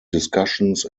discussions